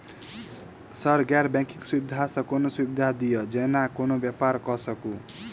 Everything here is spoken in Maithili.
सर गैर बैंकिंग सुविधा सँ कोनों सुविधा दिए जेना कोनो व्यापार करऽ सकु?